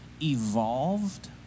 evolved